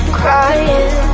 crying